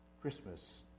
Christmas